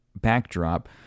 backdrop